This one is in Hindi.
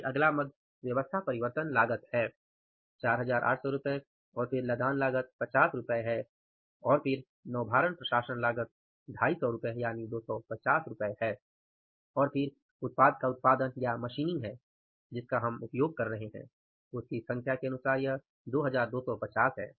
फिर अगला मद व्यवस्था परिवर्तन लागत है 4800 रु और फिर लदान लागत 50 रु है और फिर नौभारण प्रशासन लागत 250 रु है और फिर उत्पाद का उत्पादन या मशीनिंग है जो हम उपयोग कर रहे हैं उसकी संख्या के अनुसार 2250 है